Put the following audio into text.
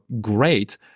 Great